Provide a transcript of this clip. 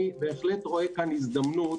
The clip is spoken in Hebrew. אני רואה כאן הזדמנות,